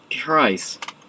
Christ